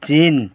ଚୀନ